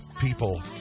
people